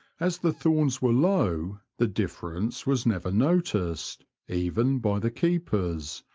as the thorns were low the dif ference was never noticed, even by the keepers,